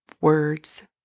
words